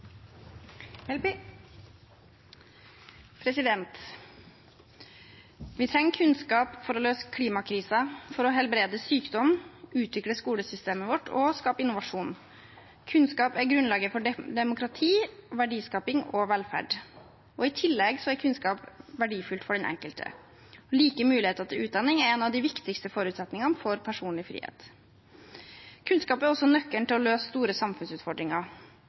grunnlaget for demokrati, verdiskaping og velferd. I tillegg er kunnskap verdifullt for den enkelte. Like muligheter til utdanning er en av de viktigste forutsetningene for personlig frihet. Kunnskap er også nøkkelen til å løse store samfunnsutfordringer.